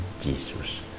Jesus